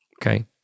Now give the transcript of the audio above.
Okay